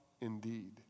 indeed